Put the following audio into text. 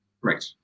Right